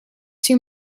too